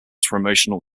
promotional